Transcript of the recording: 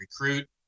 recruit